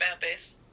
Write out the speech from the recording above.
base